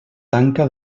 tanca